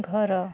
ଘର